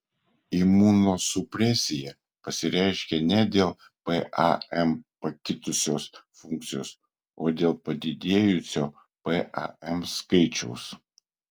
imunosupresija pasireiškia ne dėl pam pakitusios funkcijos o dėl padidėjusio pam skaičiaus